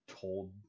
told